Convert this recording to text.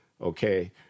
okay